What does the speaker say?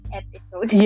episode